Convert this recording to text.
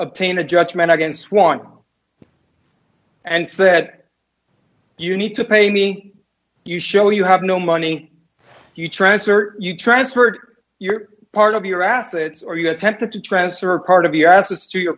obtained a judgment against one and said you need to pay me you show you have no money you transfer you transferred your part of your assets or you attempted to transfer part of your assets to your